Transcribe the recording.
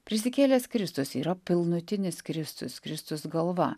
prisikėlęs kristus yra pilnutinis kristus kristus galva